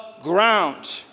ground